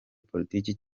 politiki